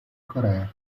corea